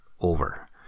over